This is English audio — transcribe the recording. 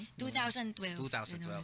2012